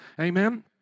Amen